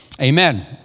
Amen